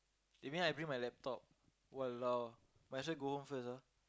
you mean I bring my laptop !walao! might as well go home first ah